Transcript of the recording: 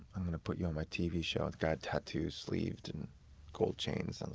i'm going to put you on my tv show. the guy had tattoo sleeves and gold chains, and